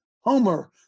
Homer